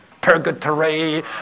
Purgatory